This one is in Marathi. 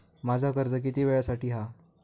माझा कर्ज किती वेळासाठी हा?